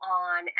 on